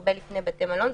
הרבה לפני בתי מלון,